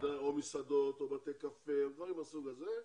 או מסעדות או בתי קפה, דברים מהסוג הזה,